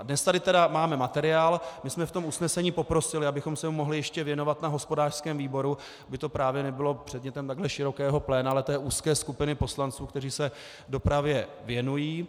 A dnes tady tedy máme materiál, my jsme v tom usnesení poprosili, abychom se mu mohli ještě věnovat na hospodářském výboru, aby to právě nebylo předmětem takhle širokého pléna, ale té úzké skupiny poslanců, kteří se dopravě věnují.